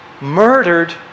murdered